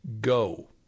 go